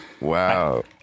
wow